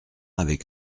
avec